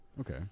Okay